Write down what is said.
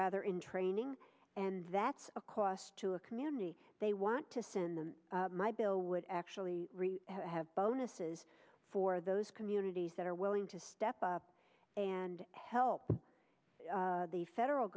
rather in training and that's a cost to a community they want to send them my bill would actually have bonuses for those communities that are willing to step up and help the federal